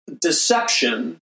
deception